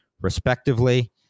respectively